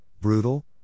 brutal